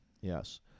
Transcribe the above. Yes